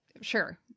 Sure